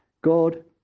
God